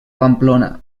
pamplona